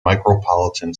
micropolitan